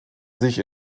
sich